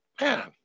man